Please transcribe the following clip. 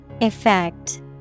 Effect